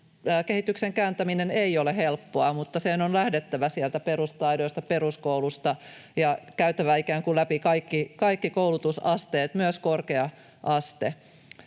kehityksen kääntäminen ei ole helppoa, mutta siinähän on lähdettävä sieltä perustaidoista, peruskoulusta, ja käytävä ikään kuin läpi kaikki koulutusasteet, myös korkea-aste.